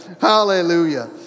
Hallelujah